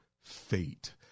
fate